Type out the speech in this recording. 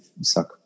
suck